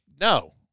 no